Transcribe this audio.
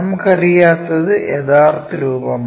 നമുക്ക് അറിയാത്തത് യഥാർത്ഥ രൂപമാണ്